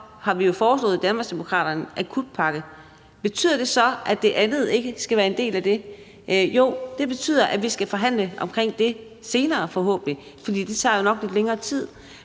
har vi jo i Danmarksdemokraterne foreslået en akutpakke. Betyder det så, at det andet ikke skal være en del af det? Nej, det betyder, at vi forhåbentlig skal forhandle om det senere, for det tager jo nok lidt længere tid.